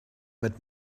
mit